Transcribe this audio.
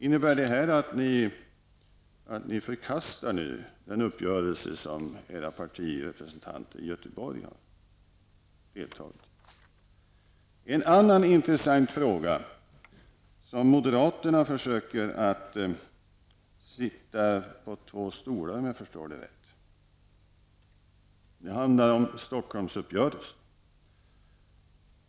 Innebär det här att ni nu förkastar den uppgörelse som era partirepresentanter i Göteborg har varit med om att träffa? Moderaterna försöker, om jag förstår det rätt, sitta på två stolar i en annan intressant fråga. Det handlar om Stockholmsuppgörelsen.